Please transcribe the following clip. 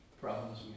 problems